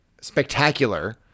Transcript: spectacular